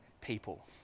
people